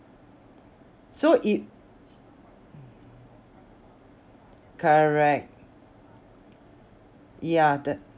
so it correct yeah the